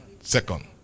second